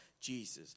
Jesus